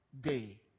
Day